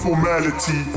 Formality